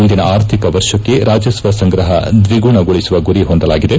ಮುಂದಿನ ಆರ್ಥಿಕ ವರ್ಷಕ್ಕೆ ರಾಜಸ್ನ ಸಂಗ್ರಹ ದ್ವಿಗುಣಗೊಳಿಸುವ ಗುರಿ ಹೊಂದಲಾಗಿದೆ